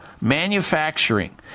manufacturing